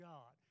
God